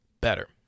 better